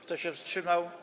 Kto się wstrzymał?